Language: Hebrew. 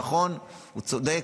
נכון, הוא צודק,